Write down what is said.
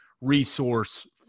resource